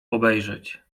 obejrzeć